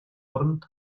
оронд